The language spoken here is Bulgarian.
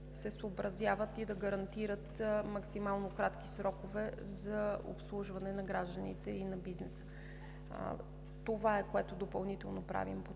се съобразяват и да гарантират максимално кратки срокове за обслужването на гражданите и на бизнеса. Това е, което допълнително правим